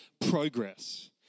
progress